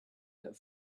that